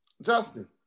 Justin